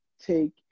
take